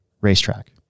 racetrack